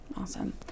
awesome